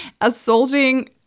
assaulting